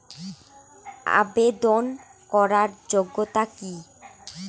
আবেদন করার যোগ্যতা কি?